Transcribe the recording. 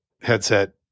headset